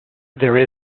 there